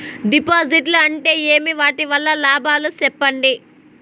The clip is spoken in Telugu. డిపాజిట్లు అంటే ఏమి? వాటి వల్ల లాభాలు సెప్పండి?